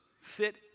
fit